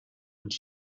und